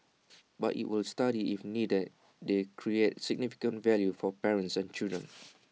but IT will study if needed they create significant value for parents and children